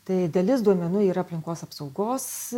tai dalis duomenų yra aplinkos apsaugos